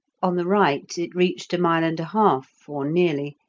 on the right it reached a mile and a half or nearly,